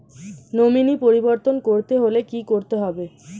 Nominee পরিবর্তন করতে হলে কী করতে হবে?